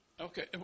Okay